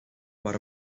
maar